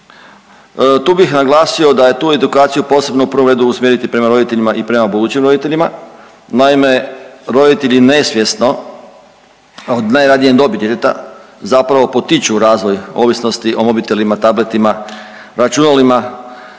Tu bih naglasio da je tu edukaciju posebno potrebno usmjeriti prema roditeljima i prema budućim roditeljima. Naime, roditelji nesvjesno od najranije dobi djeteta zapravo potiču razvoj ovisnosti o mobitelima, tabletima, računalima,